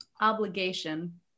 Obligation